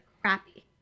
crappy